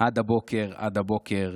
עד הבוקר, עד הבוקר,